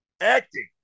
acting